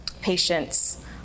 patients